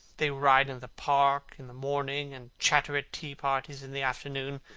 they ride in the park in the morning and chatter at tea-parties in the afternoon.